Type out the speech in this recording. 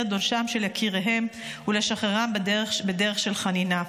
את עונשם של יקיריהם ולשחררם בדרך של חנינה.